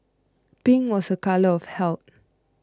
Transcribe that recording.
pink was a colour of health